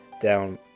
down